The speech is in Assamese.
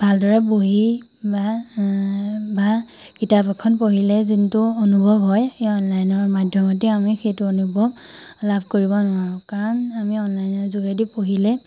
ভালদৰে বহি বা বা কিতাপ এখন পঢ়িলে যোনটো অনুভৱ হয় সেই অনলাইনৰ মাধ্যমতে আমি সেইটো অনুভৱ লাভ কৰিব নোৱাৰোঁ কাৰণ আমি অনলাইনৰ যোগেদি পঢ়িলে